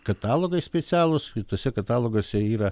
katalogai specialūs ir tuose kataloguose yra